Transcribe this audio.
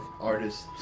artists